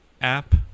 app